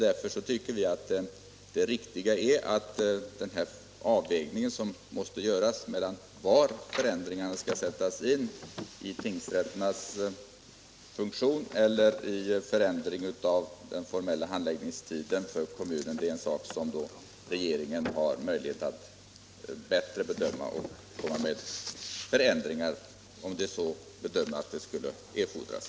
Därför tycker vi att det riktiga är att den avvägning som måste göras av var förändringen skall sättas in — beträffande tingsrätternas funktion eller den formella handläggningstiden för kommunerna — görs av regeringen, eftersom den har bättre möjlighet att bedöma och komma med förslag till förändringar på det område där ändringar eventuellt erfordras.